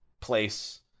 place